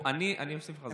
אני אוסיף לך זמן.